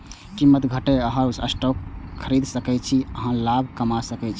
कीमत घटै पर अहां स्टॉक खरीद सकै छी आ लाभ कमा सकै छी